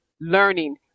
Learning